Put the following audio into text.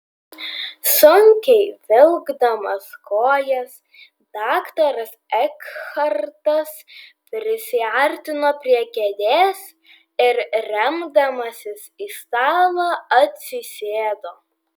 sunkiai vilkdamas kojas daktaras ekhartas prisiartino prie kėdės ir remdamasis į stalą atsisėdo